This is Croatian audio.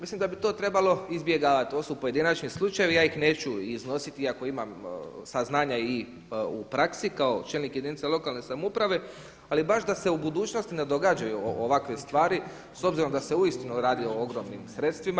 Mislim da bi to trebalo izbjegavati, to su pojedinačni slučajevi ja ih neću iznositi iako imam saznanja i u praksi kao čelnik jedinice lokalne samouprave ali baš da se u budućnosti ne događaju ovakve stvari s obzirom da se uistinu radi o ogromnim sredstvima.